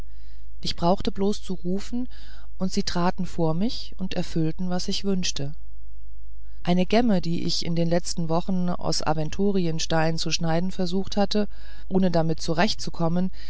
ich brauchte bloß zu rufen und sie traten vor mich und erfüllten was ich wünschte eine gemme die ich in den letzten wochen aus aventurinstein zu schneiden versucht hatte ohne damit